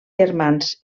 germans